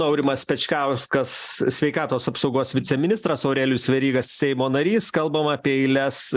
aurimas pečkauskas sveikatos apsaugos viceministras aurelijus veryga seimo narys kalbam apie eiles